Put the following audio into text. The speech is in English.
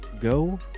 go